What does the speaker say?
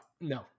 No